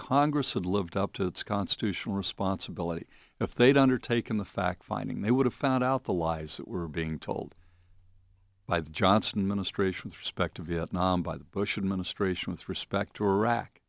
congress and lived up to its constitutional responsibility if they'd undertaken the fact finding they would have found out the lies that were being told by the johnson administration perspective vietnam by the bush administration with respect to iraq